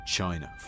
China